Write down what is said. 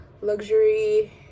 luxury